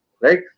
right